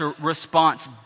response